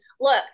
Look